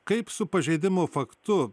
kaip su pažeidimo faktu